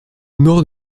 nord